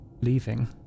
leaving